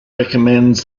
recommends